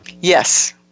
Yes